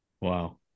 Wow